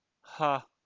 Ha